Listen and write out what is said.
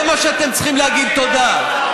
זה מה שאתם צריכים להגיד תודה.